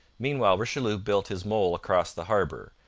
meanwhile, richelieu built his mole across the harbour,